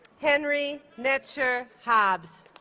henry netscher hobbs